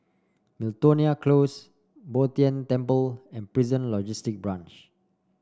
Miltonia Close Bo Tien Temple and Prison Logistic Branch